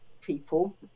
people